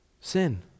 Sin